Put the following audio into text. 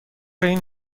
این